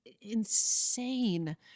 insane